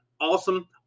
awesome